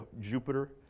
Jupiter